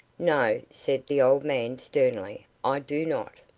no, said the old man, sternly i do not.